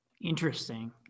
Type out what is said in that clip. interesting